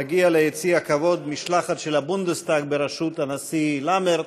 תגיע ליציע הכבוד משלחת של הבונדסטאג בראשות הנשיא למרט,